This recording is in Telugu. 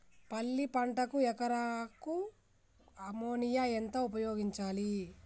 పల్లి పంటకు ఎకరాకు అమోనియా ఎంత ఉపయోగించాలి?